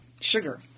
sugar